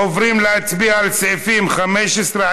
עוברים להצביע על סעיפים 15 17,